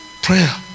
Prayer